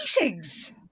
meetings